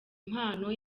mpano